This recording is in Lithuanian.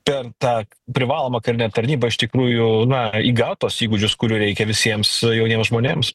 per tą privalomą karinę tarnybą iš tikrųjų na įgaut tuos įgūdžius kurių reikia visiems jauniem žmonėms